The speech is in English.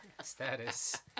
status